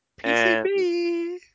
PCB